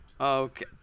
Okay